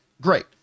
Great